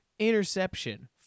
Interception